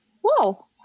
whoa